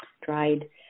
dried